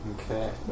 Okay